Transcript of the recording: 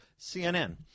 CNN